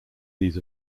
these